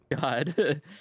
God